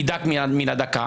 היא דקה מן הדקה.